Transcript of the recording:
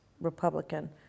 Republican